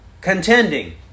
contending